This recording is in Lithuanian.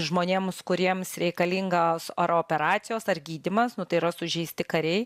žmonėms kuriems reikalingas ar operacijos ar gydymas nu tai yra sužeisti kariai